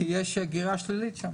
כי יש שם הגירה שלילית.